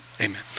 amen